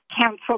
canceled